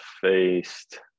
faced